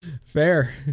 fair